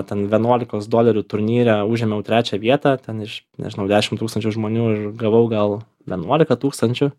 ten vienuolikos dolerių turnyre užėmiau trečią vietą ten iš nežinau dešimt tūkstančių žmonių ir gavau gal vienuolika tūkstančių